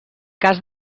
cas